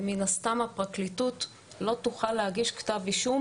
ומן הסתם הפרקליטות לא תוכל להגיש כתב אישום